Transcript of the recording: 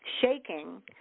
shaking